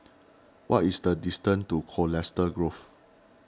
what is the distance to Colchester Grove